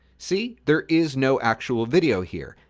see? there is no actual video here.